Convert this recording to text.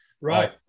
right